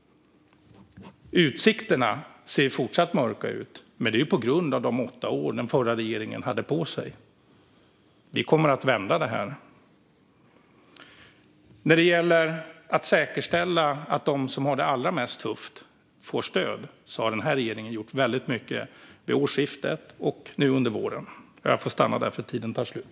Utsikterna ser fortsatt mörka ut, men det är ju på grund av de åtta år som den förra regeringen hade på sig. Vi kommer att vända detta. När det gäller att säkerställa att de som har det allra mest tufft får stöd har den här regeringen gjort väldigt mycket vid årsskiftet och nu under våren. Jag får stanna där, för tiden tar slut.